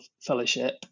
Fellowship